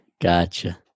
Gotcha